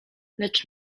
lecz